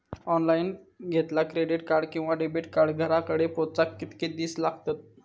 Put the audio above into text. Online घेतला credit card किंवा debit card घराकडे पोचाक कितके दिस लागतत?